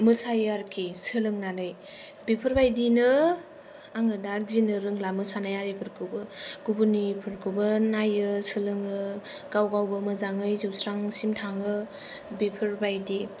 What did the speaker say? मोसायो आरोखि सोलोंनानै बेफोरबादिनो आङो दा गिनो रोंला मोसानाय आरिखौबो गुबुननिफोरखौबो नायो सोलोङो गाव गावबो मोजाङै जौस्रांसिम थाङो बेफोरबादि